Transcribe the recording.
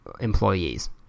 employees